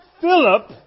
Philip